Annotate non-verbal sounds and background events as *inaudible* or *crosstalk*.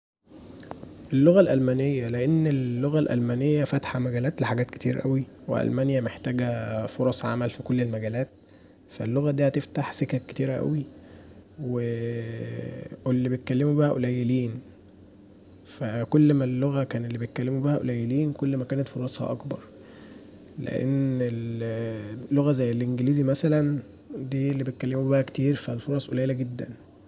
اللغة الألمانيه لأن اللغة الألمانيه فاتحه مجالات لحاجات كتير اوي، وألمانيا محتاجه فرص عمل في كل المجالات، واللغه دي هتفتح سكك كتيره اوي *hesitation* واللي بيتكلموا بيها قليلين فكل ما اللغه كانوا اللي بيتكلموا بيها قليلين كل ما كانت فرصها اكبر، لان لغة زي الانجليزي مثلا اللي بيتكلموا بيها كتير فالفرص قليله جدا.